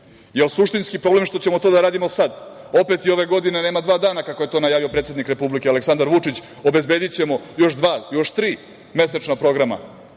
suštinski problem što ćemo to da radimo sada? Opet i ove godine nema dva dana kako je to najavio predsednik Republike Aleksandar Vučić, obezbedićemo još dva, još tri mesečna programa